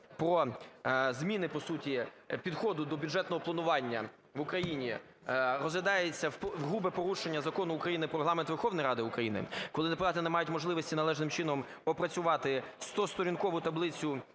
про зміни по суті підходу до бюджетного планування в Україні розглядається в грубе порушення Закону України "Про Регламент Верховної Ради України", коли депутати не мають можливості належним чином опрацювати 100-сторінкову таблицю